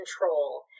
control